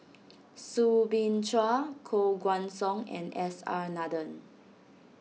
Soo Bin Chua Koh Guan Song and S R Nathan